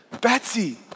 Betsy